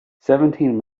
seventeen